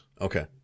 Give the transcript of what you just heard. Okay